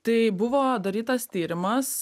tai buvo darytas tyrimas